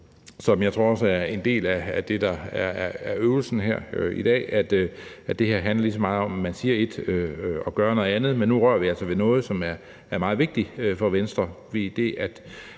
også tror er en del af øvelsen her i dag, at det her lige så meget handler om, at man siger ét og gør noget andet, men nu rør vi altså ved noget, som er meget vigtigt for Venstre,